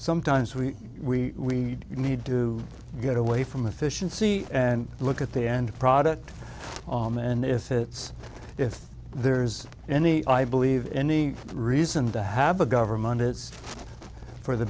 sometimes we need to get away from efficiency and look at the end product on the end if it's if there's any i believe any reason to have a government is for the